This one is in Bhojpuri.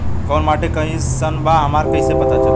कोउन माटी कई सन बा हमरा कई से पता चली?